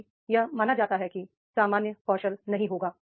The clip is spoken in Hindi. क्योंकि यह माना जाता है कि सामान्य कौशल नहीं होगा